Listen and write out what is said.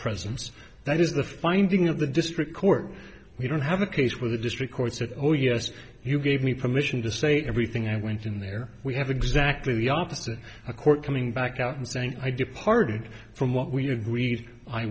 presence that is the finding of the district court we don't have a case where the district court said oh yes you gave me permission to say everything i went in there we have exactly the opposite a court coming back out and saying i departed from what we agreed i